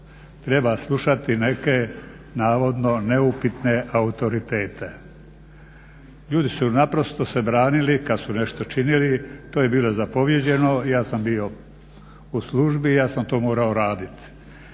Treba slušati neke navodne neupitne autoritete. Ljudi su naprosto se branili kad su nešto činili. To je bilo zapovjeđeno. Ja sam bio u službi, ja sam to morao raditi.